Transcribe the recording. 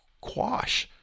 quash